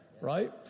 right